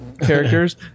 characters